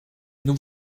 nous